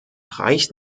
reicht